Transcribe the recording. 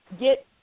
get